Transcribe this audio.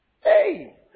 Hey